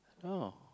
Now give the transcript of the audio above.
oh